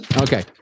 Okay